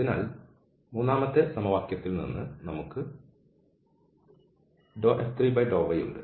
അതിനാൽ മൂന്നാമത്തെ സമവാക്യത്തിൽ നിന്ന് നമുക്ക് F3δy ഉണ്ട്